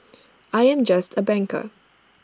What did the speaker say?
I am just A banker